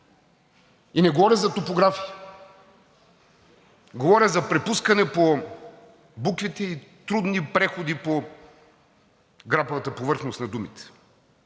И не говоря за топография, говоря за препускане по буквите и трудни преходи по грапавата повърхност на думите.